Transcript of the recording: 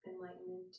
Enlightenment